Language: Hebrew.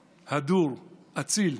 הדור, אציל,